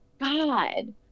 god